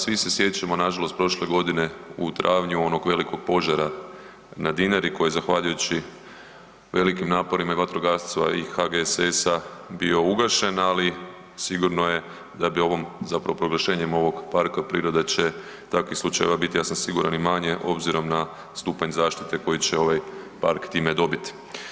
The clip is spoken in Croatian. Svi se sjećamo nažalost prošle godine u travnju onog velikog požara na Dinara koji je zahvaljujući velikim naporima i vatrogasaca, a i HGS-a bio ugašen, ali sigurno je da bi ovom zapravo proglašenjem ovog parka prirode će takvih slučajeva biti ja sam siguran i manje obzirom na stupanj zaštite koji će ovaj park time dobiti.